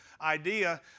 idea